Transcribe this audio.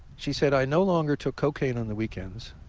she said, i no longer took cocaine on the weekends.